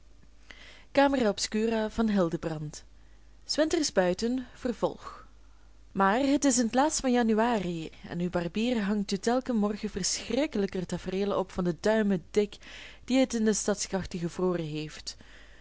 worden maar het is in t laatst van januari en uw barbier hangt u telken morgen verschrikkelijker tafereelen op van de duimen dik die het in de stadsgrachten gevroren heeft